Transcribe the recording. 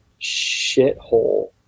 shithole